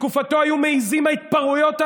בתקופתו היו מעיזים ההתפרעויות האלה?